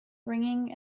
ringing